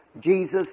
Jesus